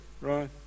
right